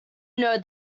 know